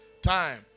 time